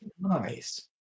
Nice